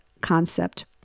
concept